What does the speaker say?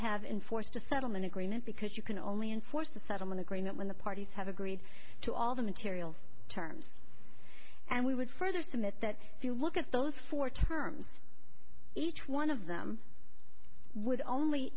have in force just settlement agreement because you can only enforce a settlement agreement when the parties have agreed to all the material terms and we would further submit that if you look at those four terms each one of them with only